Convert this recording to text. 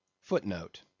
Footnote